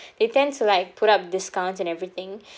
they tends to like put up discounts and everything